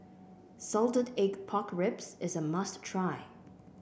Salted Egg Pork Ribs is a must try